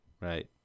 Right